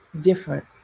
different